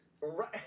Right